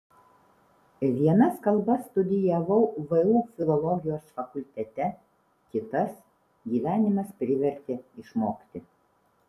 vienas kalbas studijavau vu filologijos fakultete kitas gyvenimas privertė išmokti